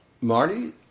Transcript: Marty